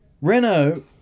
Renault